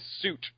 suit